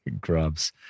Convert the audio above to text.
grubs